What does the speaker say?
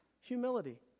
Humility